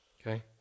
Okay